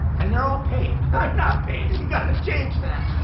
and they're all paid. i'm not paid, we got to change that.